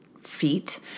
feet